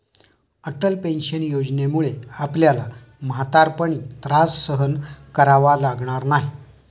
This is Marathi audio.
अटल पेन्शन योजनेमुळे आपल्याला म्हातारपणी त्रास सहन करावा लागणार नाही